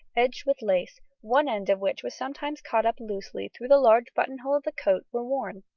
edged with lace, one end of which was sometimes caught up loosely through the large buttonhole of the coat were worn.